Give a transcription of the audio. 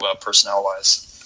personnel-wise